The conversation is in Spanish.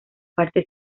parte